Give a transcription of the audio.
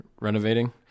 renovating